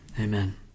amen